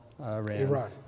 Iran